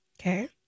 Okay